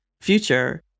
future